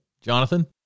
Jonathan